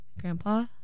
grandpa